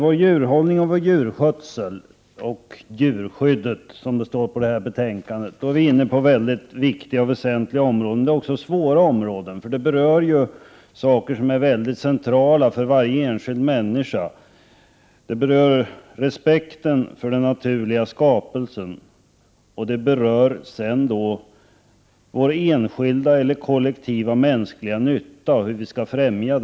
Fru talman! Detta betänkande handlar om djurhållning, djurskötsel och djurskydd, och det är viktiga områden. Det är också svåra områden, eftersom de berör frågor som är centrala för varje enskild människa. De berör respekten för den naturliga skapelsen samt vår enskilda eller kollektiva mänskliga nytta och hur den skall främjas.